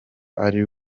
ari